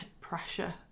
pressure